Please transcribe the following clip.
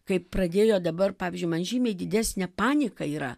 kai pradėjo dabar pavyzdžiui man žymiai didesnė panika yra